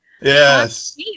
Yes